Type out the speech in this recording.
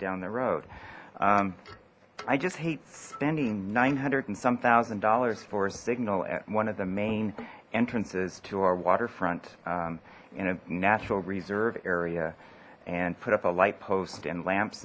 down the road i just hate spending nine hundred and some thousand dollars for a signal at one of the main entrances to our waterfront in a natural reserve area and put up a light post and lamps